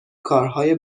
کارهای